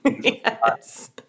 Yes